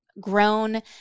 grown